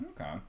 Okay